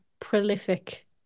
prolific